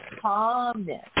calmness